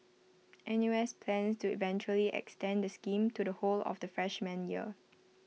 N U S plans to eventually extend the scheme to the whole of the freshman year